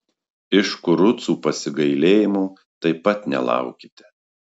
iš kurucų pasigailėjimo taip pat nelaukite